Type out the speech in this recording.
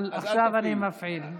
אבל עכשיו אני מפעיל.